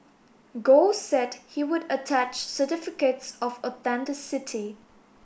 Gold said he would attach certificates of authenticity